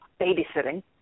babysitting